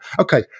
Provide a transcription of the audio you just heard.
okay